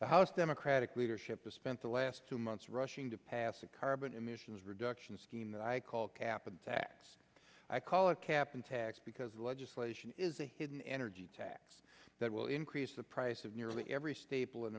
the house democratic leadership spent the last two months rushing to pass a carbon emissions reduction scheme that i call cap and tax i call a cap and tax because legislation is a hidden energy tax that will increase the price of nearly every staple in